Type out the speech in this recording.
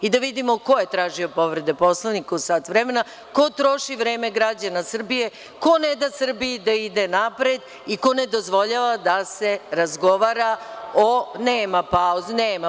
I da vidimo ko je tražio povrede Poslovnika u sat vremena, ko troši vreme građana Srbije, ko ne da Srbiji da ide napred i ko ne dozvoljava da se razgovara o, nema pauze.